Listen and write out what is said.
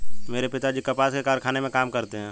मेरे पिताजी कपास के कारखाने में काम करते हैं